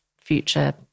future